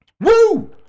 Woo